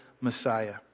Messiah